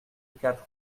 quatre